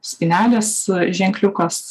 spynelės ženkliukas